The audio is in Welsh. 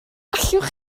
allwch